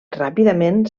ràpidament